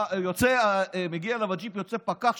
יוצא פקח,